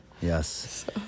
Yes